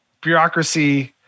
bureaucracy